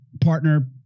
partner